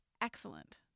excellent